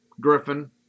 Griffin